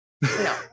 No